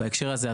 בהקשר הזה,